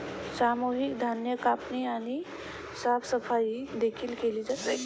सामूहिक धान्य कापणी आणि साफसफाई देखील केली जाते